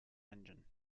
engine